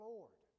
Lord